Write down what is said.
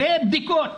ובדיקות.